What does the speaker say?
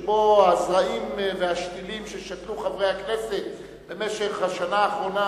שבו הזרעים והשתילים ששתלו חברי הכנסת במשך השנה האחרונה,